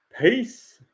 Peace